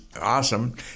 awesome